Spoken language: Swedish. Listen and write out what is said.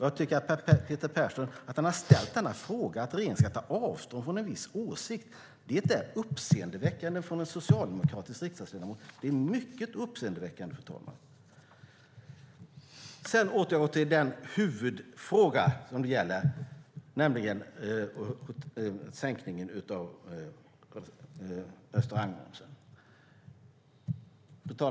Jag tycker att Peter Perssons, en socialdemokratisk riksdagsledamot, fråga om att regeringen ska ta avstånd från en viss åsikt är mycket uppseendeväckande. Fru talman! Jag återgår nu till huvudfrågan som det här gäller, nämligen sänkningen av restaurangmomsen.